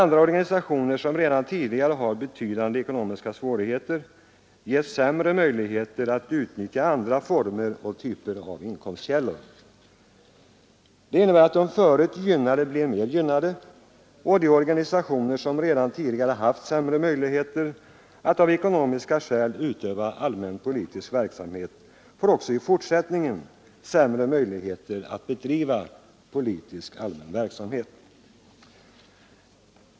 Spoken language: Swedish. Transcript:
Andra organisationer, som redan tidigare har betydande ekonomiska svårigheter, ges sämre möjligheter att utnyttja andra former och typer av inkomstkällor. Detta innebär att de redan förut gynnade blir mera gynnade och de organisationer som redan tidigare av ekonomiska skäl haft sämre möjligheter att utöva allmänpolitisk verksamhet får också i fortsättningen sämre möjligheter att bedriva politisk verksamhet.